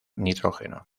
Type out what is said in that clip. nitrógeno